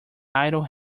idle